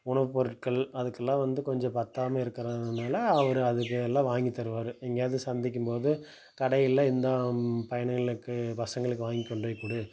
உணவு பொருட்கள் அதுக்கெலாம் வந்து கொஞ்சம் பத்தாமல் இருக்கிறனால அவர் அதுக்கு எல்லாம் வாங்கி தருவார் எங்கையாவது சந்திக்கும்போது கடைகளில் இந்த பயணங்களுக்கு பசங்களுக்கு வாங்கி கொண்டு போய் கொடு